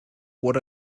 what